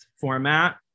format